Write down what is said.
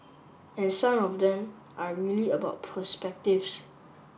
and some of them are really about perspectives